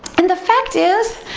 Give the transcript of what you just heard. and the fact is,